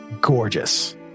gorgeous